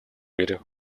мире